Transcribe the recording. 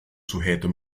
sujeto